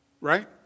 right